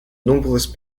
nombreuses